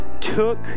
took